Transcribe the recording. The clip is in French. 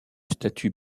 statut